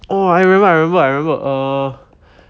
oh I remember I remember I remember err